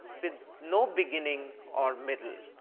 with no beginning or middle.